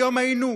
היום היינו,